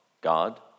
God